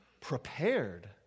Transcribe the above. Prepared